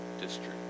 district